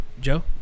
Joe